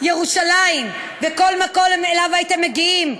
ירושלים וכל מקום שאליו הייתם מגיעים,